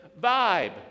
vibe